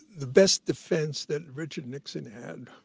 the best defense that richard nixon had